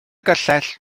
gyllell